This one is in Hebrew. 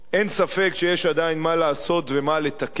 אין ספק שיש עדיין מה לעשות ומה לתקן,